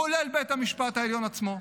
כולל בית המשפט העליון עצמו,